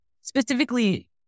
specifically